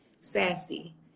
sassy